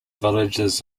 villages